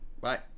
Bye